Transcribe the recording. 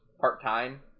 part-time